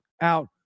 out